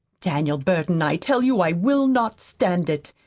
daniel burton, i tell you i will not stand it.